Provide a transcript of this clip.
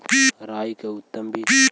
राई के उतम बिज?